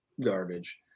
garbage